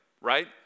right